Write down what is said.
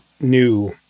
new